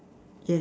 yes